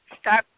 stop